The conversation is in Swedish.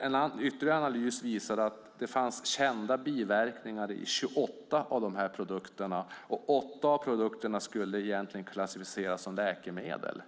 En ytterligare analys visade att det fanns kända biverkningar i 28 av de här produkterna och 8 av produkterna skulle egentligen klassificeras som läkemedel.